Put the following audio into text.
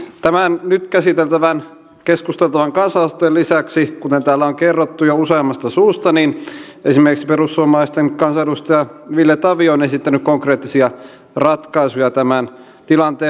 tämän nyt käsiteltävän keskustan tuoman kansalaisaloitteen lisäksi kuten täällä on kerrottu jo useammasta suusta esimerkiksi perussuomalaisten kansanedustaja ville tavio on esittänyt konkreettisia ratkaisuja tämän tilanteen hoitamiseen